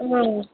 हाँ